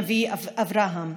הנביא אברהם,